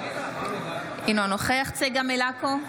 אינו נוכח צגה מלקו,